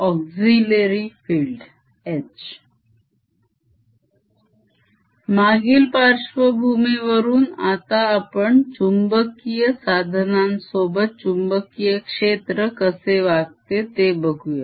auxiliary field H मागील पार्श्वभूमी वरून आता आपण चुंबकीय साधनांसोबत चुंबकीय क्षेत्र कसे वागते ते बघूया